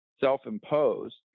self-imposed